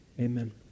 Amen